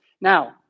Now